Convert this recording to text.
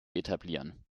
etablieren